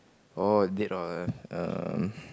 oh dead lord ah um